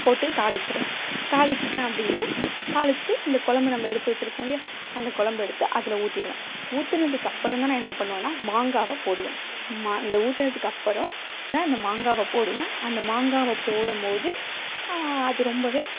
போட்டு தாளிச்சுருவேன் தாளிச்சுட்டேன் அப்படின்னா தாளிச்சுட்டு இந்த குலம்ப நம்ப எடுத்து வச்சுருக்கோம் இல்லையா அந்த குலம்பு எடுத்து அதில் ஊற்றிடுவேன் ஊற்றுனதுக்கப்பறம் தான் நான் என்ன பண்ணுவேன்னா மாங்காவை போடுவேன் மா இந்த ஊற்றுனதுக்கப்பறம் நான் இந்த மாங்காவை போடுவேன் அந்த மாங்காவை போடும்போது அது ரொம்பவே